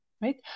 right